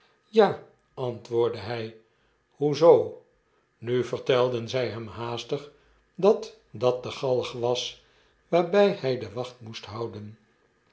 ja antwoordde hy b hoe zoo nu vertelden zij hem haastig dat dat de galg was waarby hy de wacht moest houden